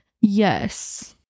Yes